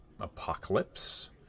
Apocalypse